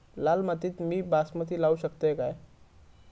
लाल मातीत मी बासमती लावू शकतय काय?